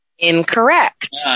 Incorrect